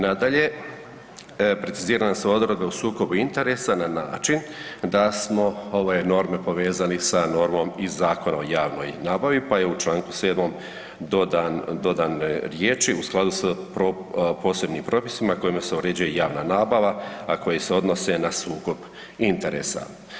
Nadalje, precizirane su odredbe u sukobu interesa, na način da smo ove norme povezali sa normom iz Zakona o javnoj nabavi, pa je u čl. 7. dodan riječi „u skladu s posebnim propisima kojima se uređuje javna nabava, a koji se odnose na sukob interesa“